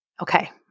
Okay